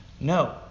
no